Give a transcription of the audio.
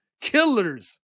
killers